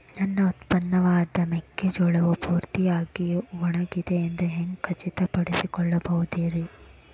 ನನ್ನ ಉತ್ಪನ್ನವಾದ ಮೆಕ್ಕೆಜೋಳವು ಪೂರ್ತಿಯಾಗಿ ಒಣಗಿದೆ ಎಂದು ಹ್ಯಾಂಗ ಖಚಿತ ಪಡಿಸಿಕೊಳ್ಳಬಹುದರೇ?